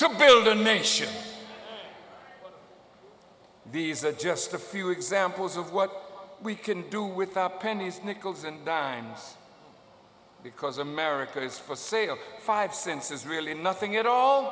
to build a nation these are just a few examples of what we can do without pennies nickels and dimes because america is for sale five cents is really nothing at all